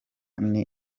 niba